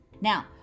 Now